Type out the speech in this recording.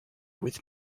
with